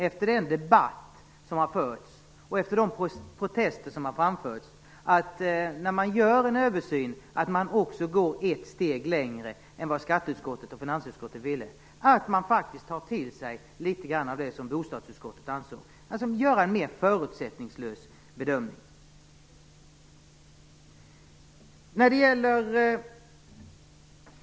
Efter den debatt som har förts och efter de protester som har framförts har jag ändå förhoppningen att man vid översynen går ett steg längre än vad skatteutskottet och finansutskottet ville, så att man tar till sig litet grand av bostadsutskottets synpunkter och gör en mer förutsättningslös bedömning.